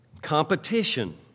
Competition